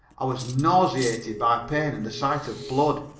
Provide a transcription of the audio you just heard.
i was nauseated by pain and the sight of blood.